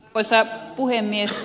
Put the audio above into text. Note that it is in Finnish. arvoisa puhemies